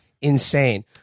insane